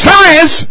Science